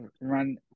run